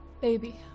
Baby